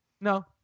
No